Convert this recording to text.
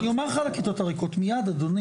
אז אני אומר לך על הכיתות הריקות, מיד אדוני.